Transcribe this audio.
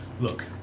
Look